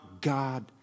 God